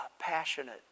passionate